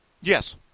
Yes